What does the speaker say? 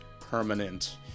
permanent